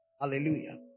Hallelujah